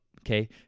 Okay